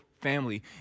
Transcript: family